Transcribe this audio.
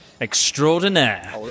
extraordinaire